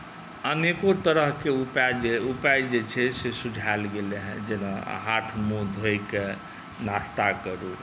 अनेको तरहके उपाय जे छै से सुझायल गेलै हेँ जेना हाथ मुँह धोइ कए नाश्ता करू